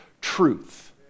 truth